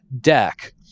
deck